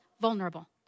vulnerable